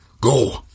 Go